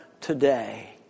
today